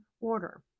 order